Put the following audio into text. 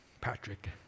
Patrick